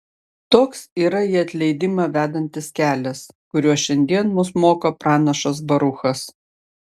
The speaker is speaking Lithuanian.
toks yra į atleidimą vedantis kelias kurio šiandien mus moko pranašas baruchas